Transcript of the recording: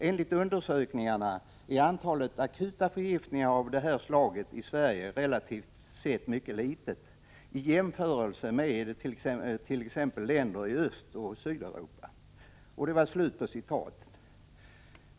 Enligt undersökningen är antalet akuta förgiftningar av det här slaget i Sverige relativt sett mycket litet i jämförelse med t.ex. länder i Östoch Sydeuropa.